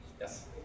Yes